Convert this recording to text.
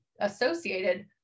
associated